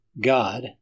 God